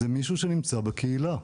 זה מישהו שנמצא בקהילה.